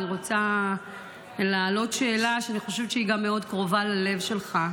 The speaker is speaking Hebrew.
אני רוצה להעלות שאלה שאני חושבת שהיא גם מאוד קרובה ללב שלך: